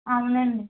అవునండి